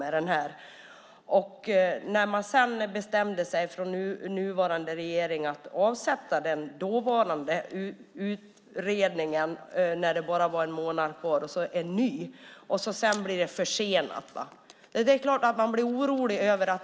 När den nuvarande regeringen bestämde sig för att avbryta den tidigare utredningen när endast en månad återstod och i stället tillsätta en ny som sedan blir försenad blir man naturligtvis orolig.